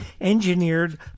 engineered